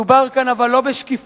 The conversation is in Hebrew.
אבל מדובר כאן לא בשקיפות,